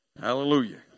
Hallelujah